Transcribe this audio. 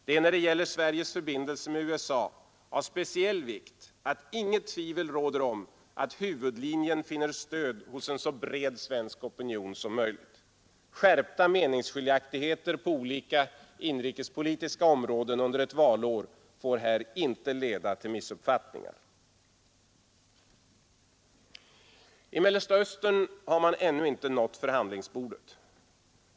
Det är, när det gäller Sveriges förbindelser med USA, av speciell vikt att intet tvivel råder om att huvudlinjen finner stöd hos en så bred svensk opinion som möjligt. Skärpta meningsskiljaktigheter på olika inrikespolitiska områden under ett valår får här inte leda till missuppfattningar. I Mellersta Östern har man ännu inte nått förhandlingsbordet.